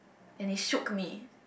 and it shook me